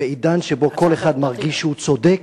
בעידן שבו כל אחד מרגיש שהוא צודק,